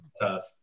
tough